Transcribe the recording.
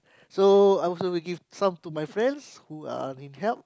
so I will also give some to my friends who are in help